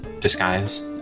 disguise